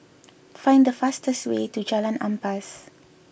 find the fastest way to Jalan Ampas